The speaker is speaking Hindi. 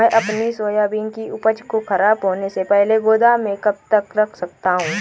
मैं अपनी सोयाबीन की उपज को ख़राब होने से पहले गोदाम में कब तक रख सकता हूँ?